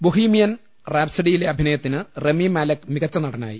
Bohemian റാപ്സഡിയിലെ അഭിനയത്തിന് Rami Malek മികച്ച നടനായി